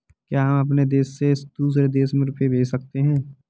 क्या हम अपने देश से दूसरे देश में रुपये भेज सकते हैं?